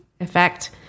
effect